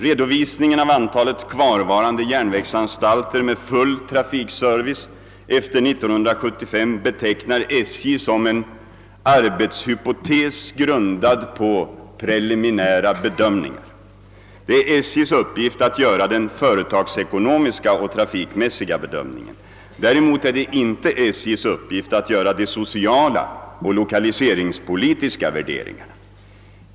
Redovisningen av antalet kvarvarande järnvägsanstalter med full trafikservice efter 1975 betecknar SJ som en arbetshypotes grundad på preliminära bedömningar. Det är SJ:s uppgift att göra den företagsekonomiska och trafikmässiga bedömningen. Däremot är det inte SJ:s uppgift att göra de sociala och lokaliseringspolitiska värderingarna.